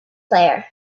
player